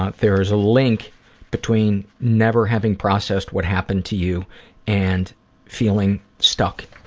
ah there is a link between never having processed what happened to you and feeling stuck